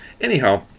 Anyhow